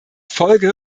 folge